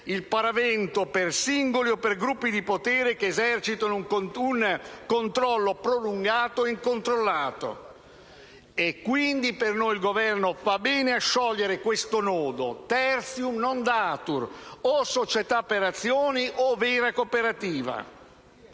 il paravento per singoli o per gruppi di potere che esercitano un controllo prolungato e incontrollato. Quindi, per noi il Governo fa bene a sciogliere questo nodo, *tertium non datur*: o società per azioni o vera cooperativa.